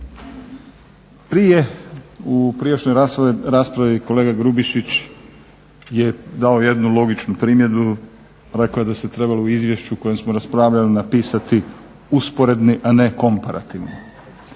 Prije u prijašnjoj raspravi kolega Grubišić je dao jednu logičnu primjedbu. Rekao je da se trebalo u izvješću o kojem smo raspravljali napisati usporedni a ne komparativni.